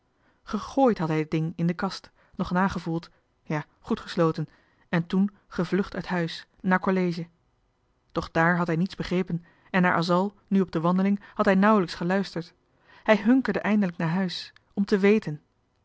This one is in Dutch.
had hij het ding in de kast nog nagevoeld ja goed gesloten en toen gevlucht uit huis naar college doch daar had hij niets begrepen en naar asal nu op de wandeling had hij nauwelijks geluisterd hij hunkerde eindelijk naar huis om te weten